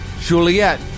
Juliet